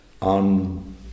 on